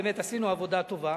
עשינו עבודה טובה,